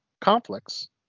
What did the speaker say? conflicts